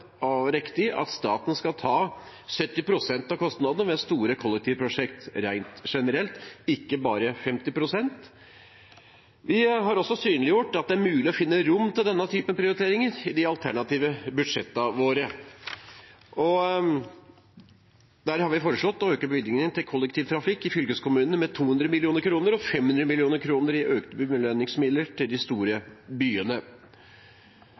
og riktig at staten skal ta 70 pst. av kostnadene ved store kollektivprosjekter rent generelt, ikke bare 50 pst. Vi har også synliggjort at det er mulig å finne rom for denne typen prioriteringer i de alternative statsbudsjettene våre. Der har vi foreslått å øke bevilgningene til kollektivtrafikk i fylkeskommunene med 200 mill. kr og 500 mill. kr i økte belønningsmidler til de store byene.